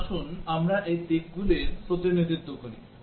এখন আসুন আমরা এই দিকগুলির প্রতিনিধিত্ব করি